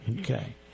Okay